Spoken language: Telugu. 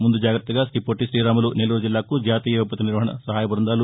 ముందు జాగత్తగా రీపొట్టిరీరాములు నెల్లూరు జిల్లాకు జాతీయ విపత్తు నిర్వహణ సహాయ బృందాలు